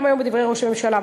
גם היום בדברי ראש הממשלה,